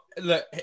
look